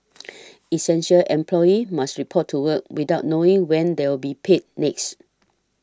essential employees must report to work without knowing when they'll be paid next